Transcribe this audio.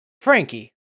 Frankie